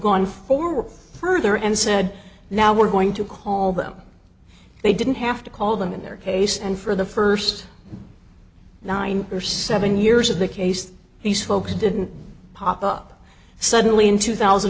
gone forward further and said now we're going to call them they didn't have to call them in their case and for the first nine or seven years of the case that these folks didn't pop up suddenly in two thousand